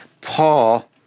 Paul